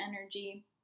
energy